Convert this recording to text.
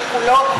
שכולו,